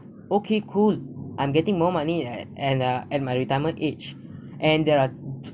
okay cool I'm getting more money and and ah at my retirement age and there are